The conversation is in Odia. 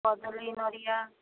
କଦଳୀ ନଡ଼ିଆ